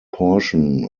portion